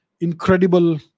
incredible